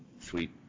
Sweet